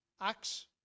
Acts